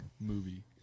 Movie